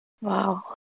Wow